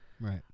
Right